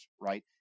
right